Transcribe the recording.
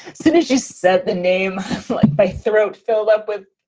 soon as you said the name by throat filled up with.